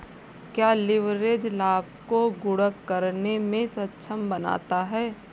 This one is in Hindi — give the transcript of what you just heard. क्या लिवरेज लाभ को गुणक करने में सक्षम बनाता है?